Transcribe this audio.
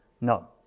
no